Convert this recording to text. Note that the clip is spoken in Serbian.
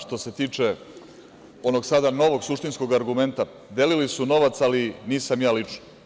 Što se tiče onog sada novog suštinskog argumenta, delili su novac, ali nisam ja lično.